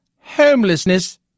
homelessness